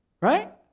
right